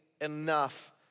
enough